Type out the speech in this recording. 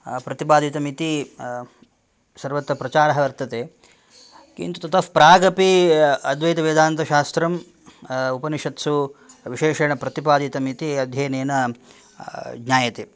प्रतिपादितमिति सर्वत्र प्रचारः वर्तते किन्तु ततः प्रागपि अद्वैतवेदान्तशास्त्रं उपनिषत्सु विशेषेण प्रतिपादितमिति अध्ययनेन ज्ञायते